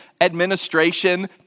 administration